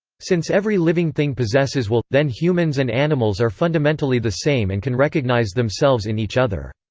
since every living thing possesses will, then humans and animals are fundamentally the same and can recognize themselves in each other.